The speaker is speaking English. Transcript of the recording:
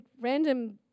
random